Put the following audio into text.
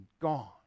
Gone